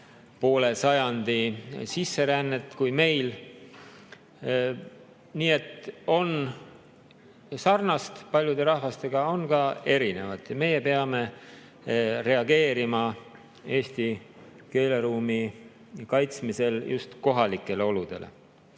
poole sajandi sisserännet kui meil. Nii et on sarnast paljude rahvastega, on ka erinevat ja meie peame reageerima eesti keeleruumi kaitsmisel just kohalikele oludele.